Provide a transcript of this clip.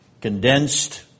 condensed